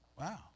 Wow